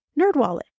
Nerdwallet